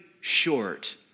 short